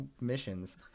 missions